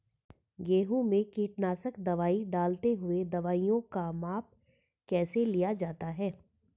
गेहूँ में कीटनाशक दवाई डालते हुऐ दवाईयों का माप कैसे लिया जाता है?